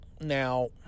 now